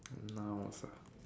nouns ah